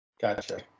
Gotcha